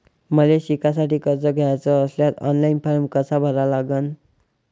मले शिकासाठी कर्ज घ्याचे असल्यास ऑनलाईन फारम कसा भरा लागन?